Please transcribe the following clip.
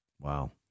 Wow